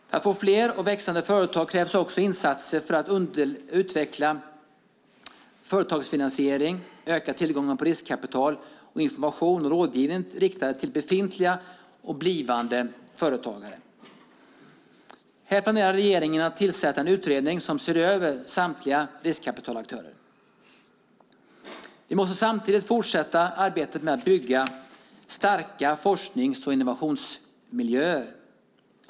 För att få fler och växande företag krävs också insatser för att utveckla företagsfinansiering, öka tillgången på riskkapital och ge information och rådgivning riktad till befintliga och blivande företagare. Här planerar regeringen att tillsätta en utredning som ser över samtliga statliga riskkapitalaktörer. Vi måste samtidigt fortsätta arbetet med att bygga starka forsknings och innovationsmiljöer.